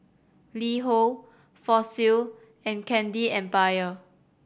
LiHo Fossil and Candy Empire